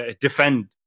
defend